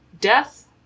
death